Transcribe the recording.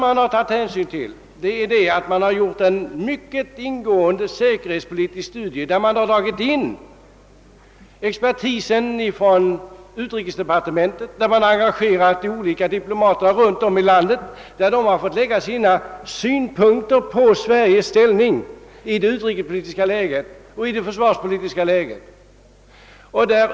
För det andra har utredningen gjort en mycket ingående säkerhetspolitisk studie, där utrikesdepartementets diplomatiska expertis engagerats och fått redovisa sina synpunkter på Sveriges ställning i utrikespolitiskt och försvarspolitiskt hänseende.